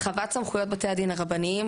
הרחבת סמכויות בתי הדין הרבניים,